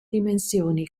dimensioni